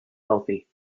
healthy